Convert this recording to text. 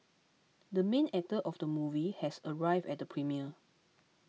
the main actor of the movie has arrived at the premiere